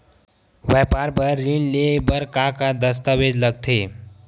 व्यापार बर ऋण ले बर का का दस्तावेज लगथे?